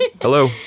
Hello